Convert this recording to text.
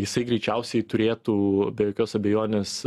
jisai greičiausiai turėtų be jokios abejonės